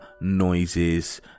noises